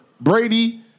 Brady